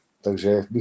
takže